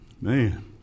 man